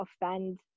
offend